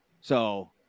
So-